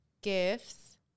gifts